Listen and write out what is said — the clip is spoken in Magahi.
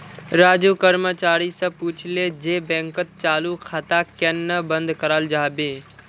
राजू कर्मचारी स पूछले जे बैंकत चालू खाताक केन न बंद कराल जाबे